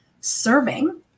serving